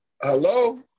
Hello